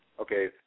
Okay